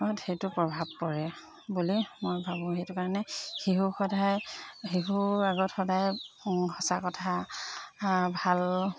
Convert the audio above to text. সেইটো প্ৰভাৱ পৰে বুলি মই ভাবোঁ সেইটো কাৰণে শিশুক সদায় শিশুৰ আগত সদায় সঁচা কথা ভাল